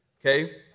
Okay